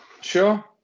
Sure